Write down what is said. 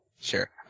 Sure